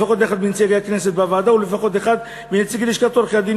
לפחות אחד מנציגי הכנסת בוועדה ולפחות אחד מנציגי לשכת עורכי-הדין,